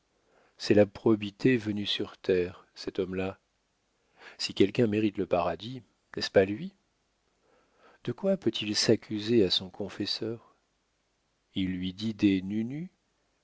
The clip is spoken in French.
c'est la probité venue sur terre cet homme-là si quelqu'un mérite le paradis n'est-ce pas lui de quoi peut-il s'accuser à son confesseur il lui dit des